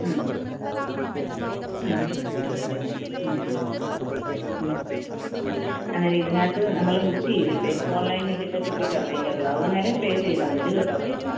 അന്നേരം ഇതിനകത്ത് നമ്മൾ ബുക്ക് ചെയ്തിട്ട് ഓൺലൈനിലേക്ക് ഇപ്പോൾ ടിക്കറ്റ് അവൈലബിൾ ആവും അന്നേരം പേ ചെയ്താൽമതി കേട്ടോ പൈസ